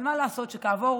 אבל מה לעשות שכעבור